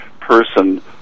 person